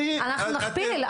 אני --- אנחנו נכפיל.